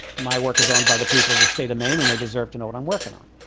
my work is owned by the people of the state of maine, and they deserve to know what i'm working on.